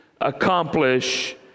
accomplish